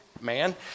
man